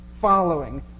following